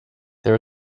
there